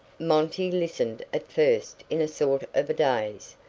monty listened at first in a sort of a daze,